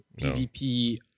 PvP